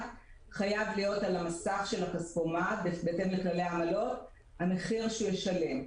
חייב להיות על המסך של הכספומט המחיר שהוא ישלם.